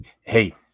Hey